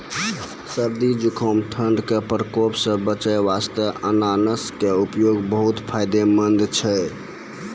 सर्दी, जुकाम, ठंड के प्रकोप सॅ बचै वास्तॅ अनानस के उपयोग बहुत फायदेमंद छै